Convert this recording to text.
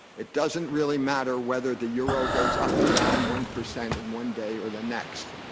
it doesn't really matter whether the euro goes up or down one percent in one day or the next.